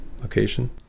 location